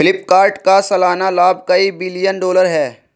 फ्लिपकार्ट का सालाना लाभ कई बिलियन डॉलर है